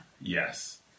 yes